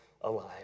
alive